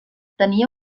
tenia